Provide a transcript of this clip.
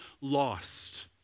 lost